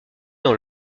dans